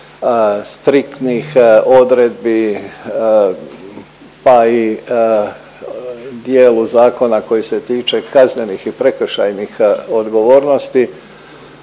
striktnih odredbi pa i dijelu zakona koji se tiče kaznenih i prekršajnih odgovornosti,